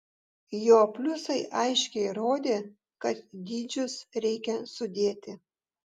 jo pliusai aiškiai rodė kad dydžius reikia sudėti